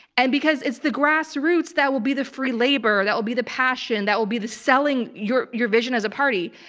and because it's the grassroots that will be the free labor, that will be the passion, that will be selling your your vision as a party.